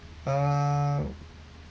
ah